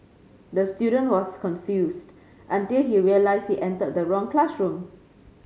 the student was confused until he realised he entered the wrong classroom